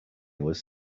was